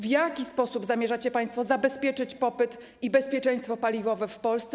W jaki sposób zamierzacie państwo zabezpieczyć popyt i bezpieczeństwo paliwowe w Polsce?